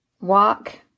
walk